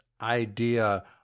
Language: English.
idea